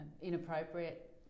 inappropriate